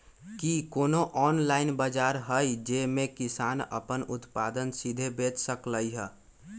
कि कोनो ऑनलाइन बाजार हइ जे में किसान अपन उत्पादन सीधे बेच सकलई ह?